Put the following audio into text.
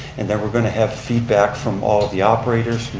and then were going to have feedback from all of the operators,